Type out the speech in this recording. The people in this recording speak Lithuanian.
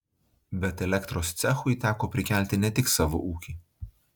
bet elektros cechui teko prikelti ne tik savo ūkį